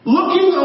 Looking